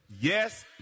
Yes